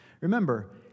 Remember